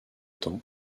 temps